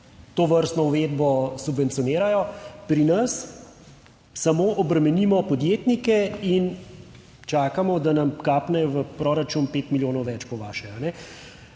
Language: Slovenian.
tovrstno uvedbo subvencionirajo, pri nas samo obremenimo podjetnike in čakamo, da nam kapne v proračun 5 milijonov več po vaše.